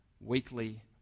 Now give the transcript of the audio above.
Weekly